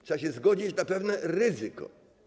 Trzeba się zgodzić na pewne ryzyko.